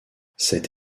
cette